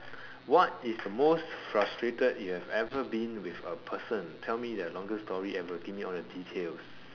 what is the most frustrated you've ever been with a person tell me your longest story ever give me all the details